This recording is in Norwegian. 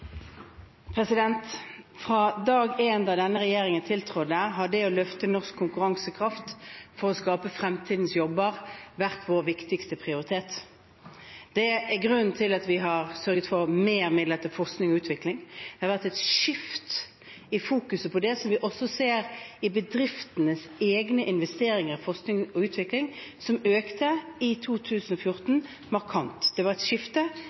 Fra dag én da denne regjeringen tiltrådte, har løftet i norsk konkurransekraft, for å skape fremtidens jobber, vært vår viktigste prioritet. Det er grunnen til at vi har sørget for mer midler til forskning og utvikling. Det har vært et skifte i fokuset på det, som vi også ser i bedriftenes egne investeringer i forskning og utvikling, som økte markant i 2014. Det var et skifte